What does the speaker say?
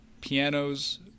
pianos